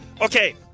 Okay